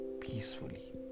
peacefully